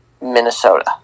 Minnesota